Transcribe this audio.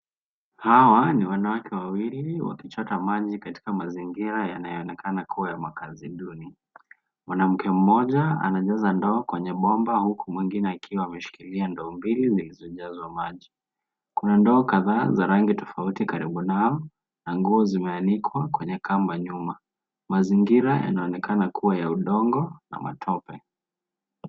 Hawa ni wanawake wawili wakichota maji katika mazingira yanayo onekana kuwa ya makazi duni, mwanamke mmoja anajaza ndoo kwenye bomba huku mwingine akiwa ameshikilia ndoo mbili zilizojazwa maji. Kuna ndoo kadhaa zaa rangi tofauti karibu nao na nguo zimeanikwa kwenye kamba nyuma. Mazingira yanaonekana kuwa ya udongo na matope.